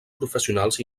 professionals